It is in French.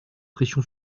pression